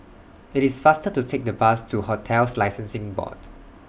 IT IS faster to Take The Bus to hotels Licensing Board